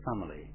family